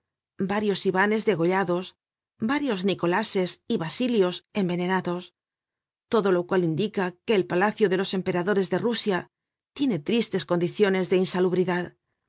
varios ivanes degollados varios nicoláses y basilios envenenados todo lo cual indica que el palacio de los emperadores de rusia tiene tristes condiciones de insalubridad